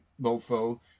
mofo